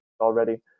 already